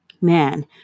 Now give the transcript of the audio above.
Man